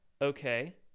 Okay